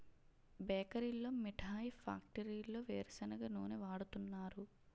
బేకరీల్లో మిఠాయి ఫ్యాక్టరీల్లో వేరుసెనగ నూనె వాడుతున్నారు